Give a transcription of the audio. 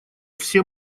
все